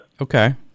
okay